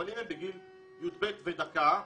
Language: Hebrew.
אבל אם הם בגיל יב' ודקה,